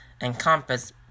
encompass